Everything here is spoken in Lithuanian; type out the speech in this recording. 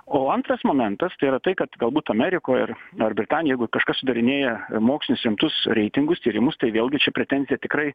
o antras momentas tai yra tai kad galbūt amerikoj ar ar britanijoj jeigu kažkas sudarinėja mokslinius rimtus reitingus tyrimus tai vėlgi čia pretenzija tikrai